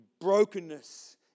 brokenness